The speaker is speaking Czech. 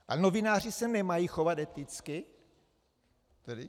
A novináři se nemají chovat eticky tedy?